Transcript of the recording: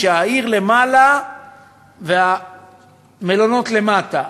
שהעיר למעלה והמלונות למטה.